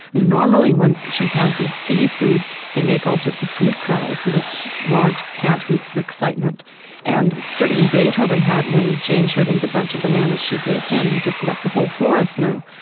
normally when chimpanzees see food they make all sorts of food cries, and those large pant hoots of excitement and certainly beethoven had when jane showed him the bunch of bananas she gave him he just let the whole forest know.